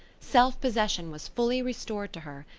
self-possession was fully restored to her,